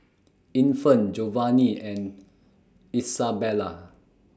Infant Jovanni and Isabela